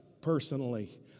personally